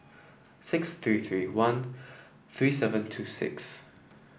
six three three one three seven two six